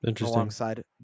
Alongside